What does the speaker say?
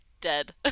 dead